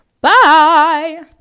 Bye